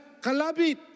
Kalabit